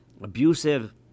abusive